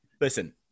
Listen